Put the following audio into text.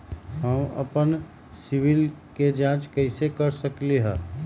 हम अपन सिबिल के जाँच कइसे कर सकली ह?